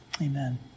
Amen